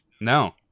no